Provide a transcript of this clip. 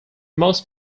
most